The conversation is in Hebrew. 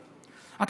אתה,